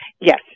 Yes